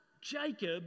Jacob